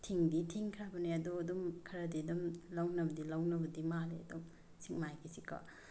ꯊꯤꯡꯗꯤ ꯊꯤꯡꯈ꯭ꯔꯕꯅꯤ ꯑꯗꯣ ꯑꯗꯨꯝ ꯈꯔꯗꯤ ꯑꯗꯨꯝ ꯂꯧꯅꯕ ꯂꯧꯅꯕꯗꯤ ꯃꯥꯜꯂꯤ ꯑꯗꯣ ꯁꯦꯛꯃꯥꯏꯒꯤꯁꯤꯀꯣ